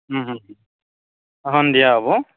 সন্ধিয়া হ'ব